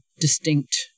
distinct